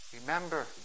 Remember